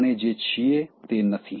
આપણે જે છીએ તે નથી